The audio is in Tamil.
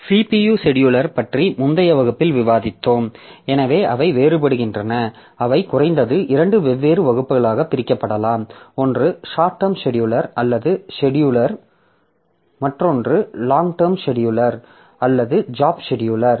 CPU செடியூலர் பற்றி முந்தைய வகுப்பில் விவாதித்தோம் எனவே அவை வேறுபடுகின்றன அவை குறைந்தது இரண்டு வெவ்வேறு வகுப்புகளாகப் பிரிக்கப்படலாம் ஒன்று ஷார்ட் டெர்ம் செடியூலர் அல்லது செடியூலர் மற்றொன்று லாங் டெர்ம் செடியூலர் அல்லது ஜாப் செடியூலர்